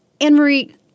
Anne-Marie